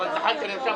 זחאלקה,